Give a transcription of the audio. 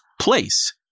place